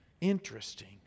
interesting